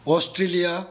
Australia